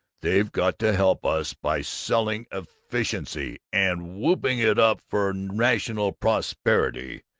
they've got to help us by selling efficiency and whooping it up for rational prosperity!